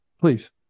Please